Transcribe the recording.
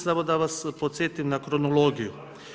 Samo da vas podsjetim na kronologiju.